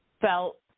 felt